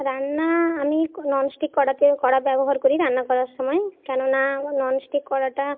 রান্না আমি non stick কড়াতে কড়া ব্যবহার করি রান্না করার সময় কেন না নন স্টিক কড়াটা